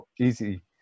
easy